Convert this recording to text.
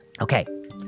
Okay